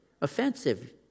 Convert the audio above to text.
Offensive